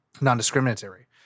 non-discriminatory